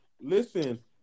listen